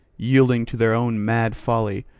yielding to their own mad folly,